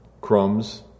crumbs